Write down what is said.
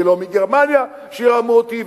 ולא מגרמניה שירמו אותי,